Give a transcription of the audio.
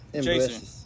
Jason